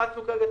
לא.